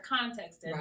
context